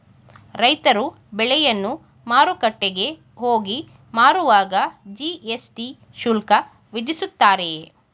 ರೈತರು ಬೆಳೆಯನ್ನು ಮಾರುಕಟ್ಟೆಗೆ ಹೋಗಿ ಮಾರುವಾಗ ಜಿ.ಎಸ್.ಟಿ ಶುಲ್ಕ ವಿಧಿಸುತ್ತಾರೆಯೇ?